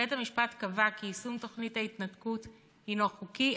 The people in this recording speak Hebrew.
בית המשפט קבע כי יישום תוכנית ההתנתקות הינו חוקי,